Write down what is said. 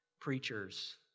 preachers